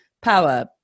power